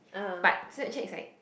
but Snapchat is like